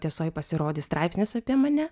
tiesoj pasirodė straipsnis apie mane